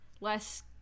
less